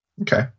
Okay